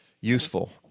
useful